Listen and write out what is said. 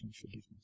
forgiveness